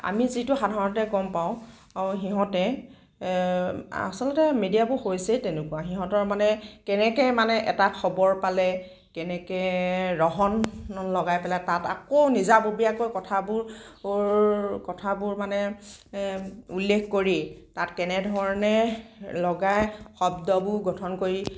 আমি যিটো সাধাৰণতে গম পাওঁ সিহঁতে আচলতে মেডিয়াবোৰ হৈছেই তেনেকুৱা সিহঁতৰ মানে কেনেকৈ মানে এটা খবৰ পালে কেনেকৈ ৰহণ লগাই পেলাই তাত আকৌ নিজাববীয়াকৈ কথাবোৰ কথাবোৰ মানে উল্লেখ কৰি তাত কেনেধৰণে লগাই শব্দবোৰ গঠন কৰি